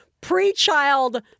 pre-child